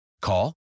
Call